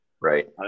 Right